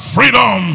Freedom